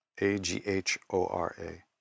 A-G-H-O-R-A